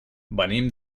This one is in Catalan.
venim